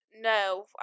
No